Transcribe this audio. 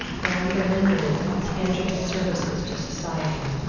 and the rendering of tangible services to society.